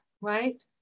Right